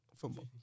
Football